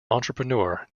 entrepreneur